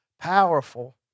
powerful